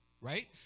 right